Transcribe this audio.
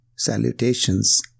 salutations